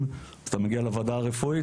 אתה מגיע לוועדה הרפואית,